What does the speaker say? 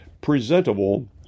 presentable